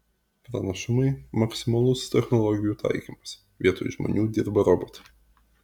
pranašumai maksimalus technologijų taikymas vietoj žmonių dirba robotai